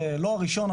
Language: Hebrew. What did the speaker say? לא הראשון,